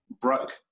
broke